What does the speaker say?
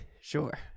Sure